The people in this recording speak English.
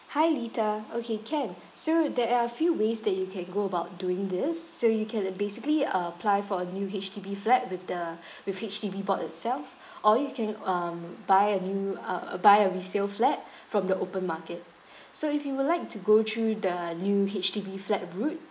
hi litha okay can so there are few ways that you can go about doing this so you can like basically uh apply for a new H_D_B flat with the with H_D_B board itself or you can um buy a new uh uh buy a resale flat from the open market so if you would like to go through the new H_D_B flat route